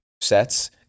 sets